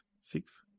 six